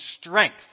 strength